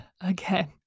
again